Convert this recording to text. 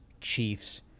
Chiefs